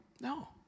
no